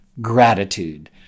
gratitude